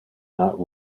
not